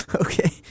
Okay